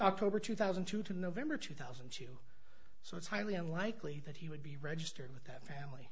october two thousand to two november two thousand and two so it's highly unlikely that he would be registered with that family